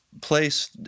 place